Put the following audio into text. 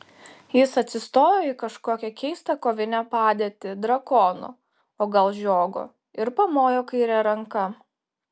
jis atsistojo į kažkokią keistą kovinę padėtį drakono o gal žiogo ir pamojo kaire ranka